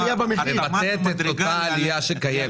מבטאת את אותה עליה שקיימת.